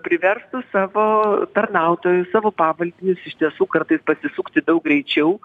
priverstų savo tarnautojus savo pavaldinius iš tiesų kartais pasisukti daug greičiau